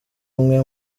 umwe